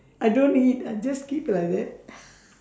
I don't eat I'll just keep like that